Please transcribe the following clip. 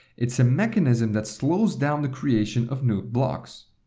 it's a mechanism that slows down the creation of new blocks.